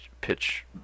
pitch